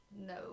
no